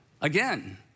again